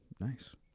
Nice